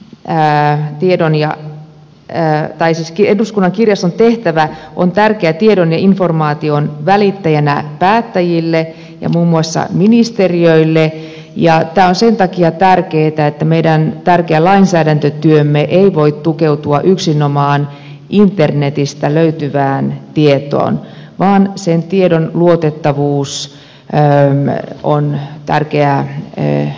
pään tiedon ja jääräpäisesti eduskunnan kirjaston tehtävä on toimia tärkeänä tiedon ja informaation välittäjänä päättäjille ja muun muassa ministeriöille ja tämä on sen takia tärkeätä että meidän tärkeä lainsäädäntötyömme ei voi tukeutua yksinomaan internetistä löytyvään tietoon vaan sen tiedon luotettavuus on tärkeää havaita